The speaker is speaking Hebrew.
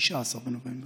ב-19 בנובמבר,